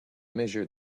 measure